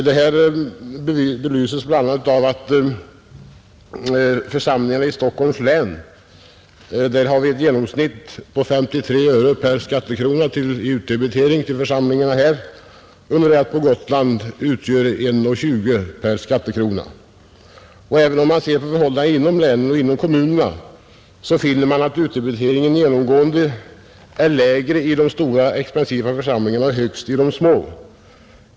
Detta belyses bl.a. av att församlingarna i Stockholms län i genomsnitt har en utdebitering av 53 öre per skattekrona, under det att motsvarande utdebitering på Gotland är 1:20 kronor. Även om man ser på förhållandena inom länen och kommunerna finner man att utdebiteringen genomgående är lägre i de stora, expansiva församlingarna och högst i de små.